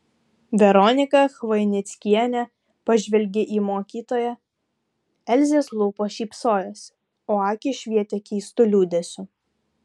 veronika chvainickienė pažvelgė į mokytoją elzės lūpos šypsojosi o akys švietė keistu liūdesiu